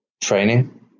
training